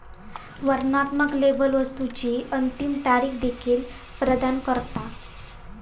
वर्णनात्मक लेबल वस्तुची अंतिम तारीख देखील प्रदान करता